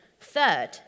Third